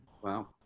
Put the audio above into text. Wow